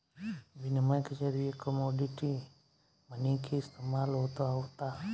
बिनिमय के जरिए कमोडिटी मनी के इस्तमाल होत आवता